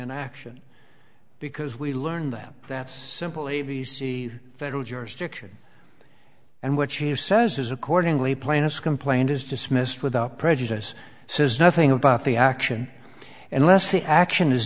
an action because we learned that that's simple a b c federal jurisdiction and what you says is accordingly plaintiff's complaint is dismissed without prejudice says nothing about the action unless the action is